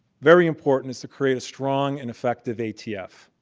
very important is to create a strong and effective atf.